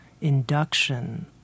induction